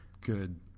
Good